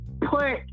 put